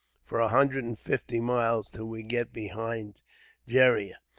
for a hundred and fifty miles, till we get behind gheriah.